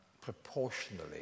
proportionally